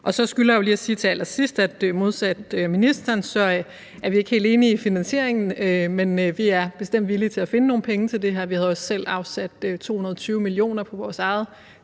Så skylder jeg lige at sige til allersidst, at modsat ministeren er vi ikke helt enige i finansieringen, men vi er bestemt villige til at finde nogle penge til det her. Vi havde også selv afsat 220 mio. kr. på vores eget